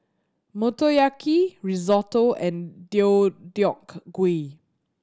Motoyaki Risotto and Deodeok Gui